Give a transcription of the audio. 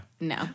No